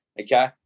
okay